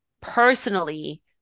Personally